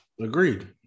agreed